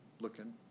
looking